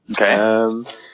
Okay